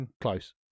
close